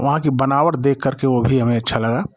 वहाँ की बनावट देखकर के वो भी हमें अच्छा लगा